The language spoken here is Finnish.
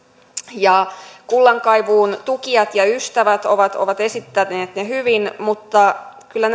ja kullankaivuun tukijat ja ystävät ovat ovat esittäneet ne hyvin mutta kyllä